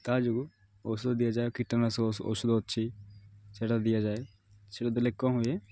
ତା' ଯୋଗୁଁ ଔଷଧ ଦିଆଯାଏ କୀଟନାଶକ ଔଷଧ ଅଛି ସେଇଟା ଦିଆଯାଏ ସେଇଟା ଦେଲେ କ'ଣ ହୁଏ